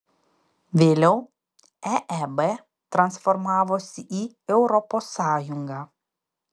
vėliau eeb transformavosi į europos sąjungą